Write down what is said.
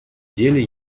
деле